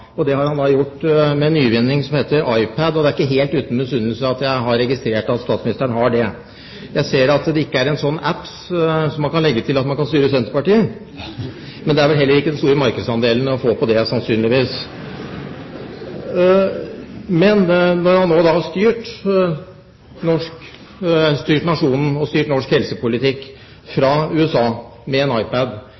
Det har han gjort med en nyvinning som heter iPad. Det er ikke helt uten misunnelse at jeg har registrert at statsministeren har det. Jeg ser at det ikke finnes en «app», som kan legges til, som gjør at man kan styre Senterpartiet, men det er heller ikke den store markedsandelen å få på det, sannsynligvis. Men når han nå har styrt nasjonen og norsk helsepolitikk fra